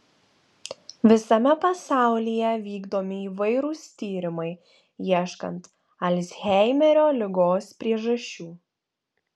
visame pasaulyje vykdomi įvairūs tyrimai ieškant alzheimerio ligos priežasčių